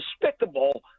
despicable